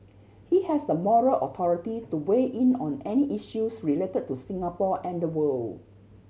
he has the moral authority to weigh in on any issues related to Singapore and the world